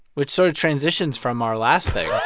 which sort of transitions from our last thing